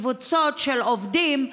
קבוצות של עובדים,